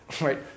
right